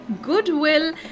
goodwill